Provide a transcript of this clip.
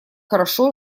хорошо